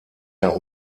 der